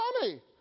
money